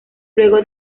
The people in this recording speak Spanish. luego